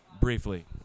briefly